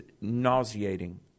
nauseating